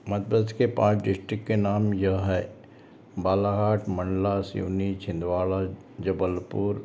मध्य प्रदेश के पाँच डिस्ट्रिक्ट के नाम यह है बालाघाट मंडला सिवनी छिंदवाड़ा जबलपुर